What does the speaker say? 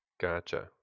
Gotcha